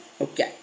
Okay